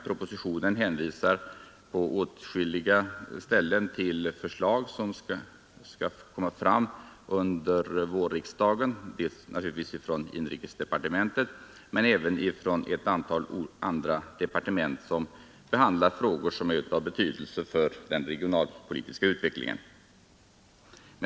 Propositionen hänvisar på åtskilliga ställen till förslag som skall läggas fram under vårriksdagen — dels naturligtvis från inrikesdepartementet, dels från ett antal andra departement, som behandlar frågor av betydelse för den regionalpolitiska utvecklingen.